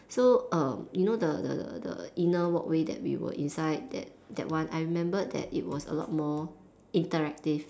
so um you know the the the the inner walkway that we were inside that that one I remembered that it was a lot more interactive